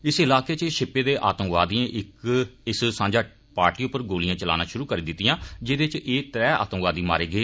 इस इलाके इच छिप्पे दे आतंकवादिएं इस सांझा पार्टी पर गोलिआं चलाया शुरू करी दिता जेदे इच एह त्रै आतंकवादी मारे गे